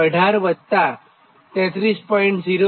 18 33